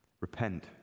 Repent